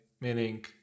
meaning